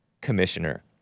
Commissioner